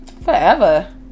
forever